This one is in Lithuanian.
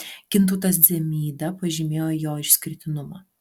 gintautas dzemyda pažymėjo jo išskirtinumą